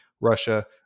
Russia